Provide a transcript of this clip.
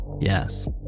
yes